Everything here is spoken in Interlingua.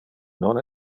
non